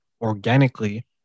organically